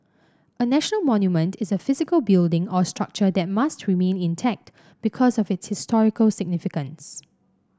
a national monument is a physical building or structure that must remain intact because of its historical significance